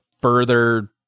further